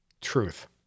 truth